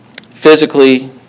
Physically